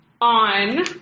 on